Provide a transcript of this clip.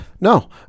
No